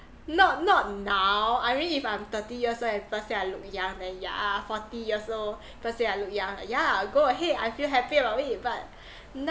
not not now I mean if I'm thirty years old and people say I look young then yeah forty years old people say I look young yeah go ahead I feel happier about it but